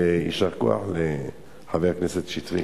יישר כוח לחבר הכנסת שטרית.